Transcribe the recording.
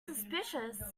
suspicious